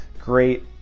Great